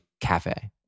cafe